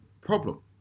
problem